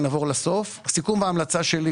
הסיכום וההמלצה שלי.